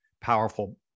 powerful